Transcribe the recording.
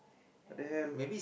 what the hell